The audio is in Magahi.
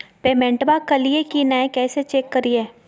पेमेंटबा कलिए की नय, कैसे चेक करिए?